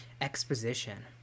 exposition